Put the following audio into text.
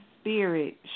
spirit